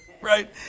Right